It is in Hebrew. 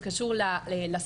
זה קשור לשפה,